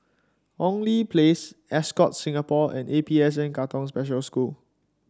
Hong Lee Place Ascott Singapore and A P S N Katong Special School